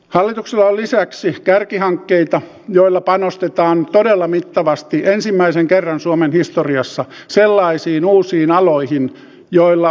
hallituksella on lisäksi kärkihankkeita joilla panostetaan todella mittavasti ensimmäisen kerran suomen historiassa sellaisiin uusiin aloihin joilla on tulevaisuus